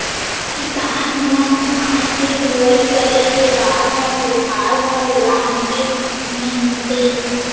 किसान मन धान के लुवई करे के बाद म कोठार म लानके मिंजथे